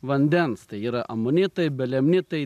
vandens tai yra amonitai belemnitai